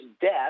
death